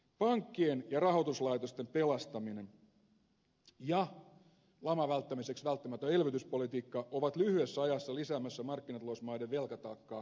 pankkien ja rahoituslaitosten pelastaminen ja laman välttämiseksi välttämätön elvytyspolitiikka ovat lyhyessä ajassa lisäämässä markkinatalousmaiden velkataakkaa kolmanneksella